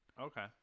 Okay